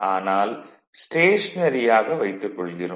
ஆனால் ஸ்டேஷனரியாக வைத்துக் கொள்கிறோம்